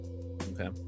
Okay